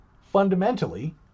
Fundamentally